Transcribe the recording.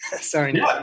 Sorry